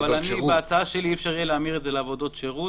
אבל בהצעה שלי אי אפשר יהיה להמיר את זה בעבודות שירות,